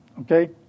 Okay